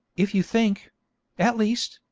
if you think at least,